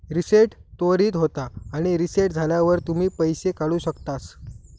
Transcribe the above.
reset त्वरीत होता आणि रीसेट झाल्यावर तुम्ही पैशे काढु शकतास